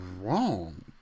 wrong